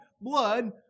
blood